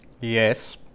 Yes